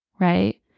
Right